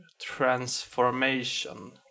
transformation